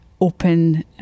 open